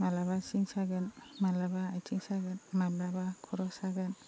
माब्लाबा सिं सागोन माब्लाबा आथिं सागोन माब्लाबा खर' सागोन